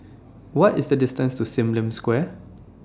What IS The distance to SIM Lim Square